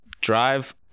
drive